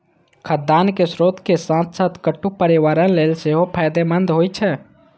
खाद्यान्नक स्रोत के साथ साथ कट्टू पर्यावरण लेल सेहो फायदेमंद होइ छै